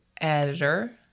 editor